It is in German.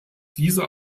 dieser